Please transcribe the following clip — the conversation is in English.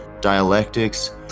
dialectics